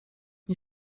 nie